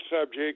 subject